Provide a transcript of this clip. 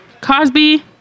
Cosby